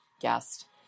guest